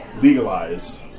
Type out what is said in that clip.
legalized